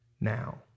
now